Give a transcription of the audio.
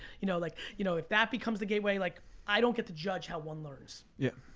you know like you know, if that becomes the gateway, like i don't get to judge how one learns. yeah,